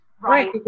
Right